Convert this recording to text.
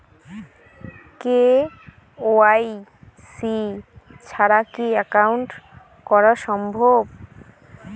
KYC ছাড়া কি account করা সম্ভব?